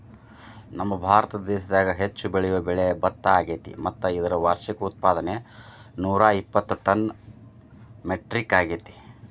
ನಮ್ಮಭಾರತ ದೇಶದಾಗ ಹೆಚ್ಚು ಬೆಳಿಯೋ ಬೆಳೆ ಭತ್ತ ಅಗ್ಯಾತಿ ಮತ್ತ ಇದರ ವಾರ್ಷಿಕ ಉತ್ಪಾದನೆ ನೂರಾಇಪ್ಪತ್ತು ಟನ್ ಮೆಟ್ರಿಕ್ ಅಗ್ಯಾತಿ